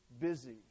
busy